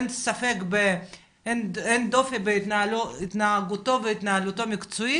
אין ספק או דופי בהתנהגותו והתנהלותו המקצועית.